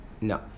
No